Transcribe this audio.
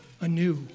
anew